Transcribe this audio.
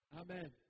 Amen